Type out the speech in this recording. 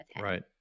Right